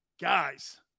Guys